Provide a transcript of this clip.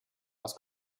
was